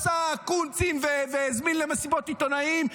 עשה קונצים והזמין למסיבות עיתונאים,